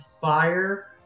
fire